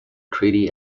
treaty